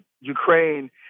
Ukraine